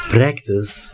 Practice